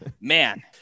man